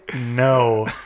No